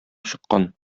чыккан